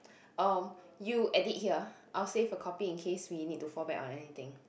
um you edit here I'll save a copy in case we need to fall back on anything